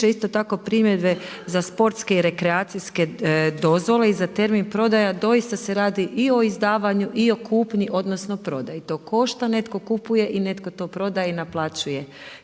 isto tako primjedbe za sportske i rekreacijske dozvole i za termin prodaja doista se radi i o izdavanju i o kupnji, odnosno prodaji. To košta. Netko kupuje i netko to prodaje i naplaćuje